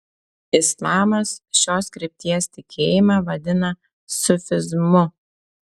islamas šios krypties tikėjimą vadina sufizmu